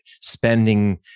spending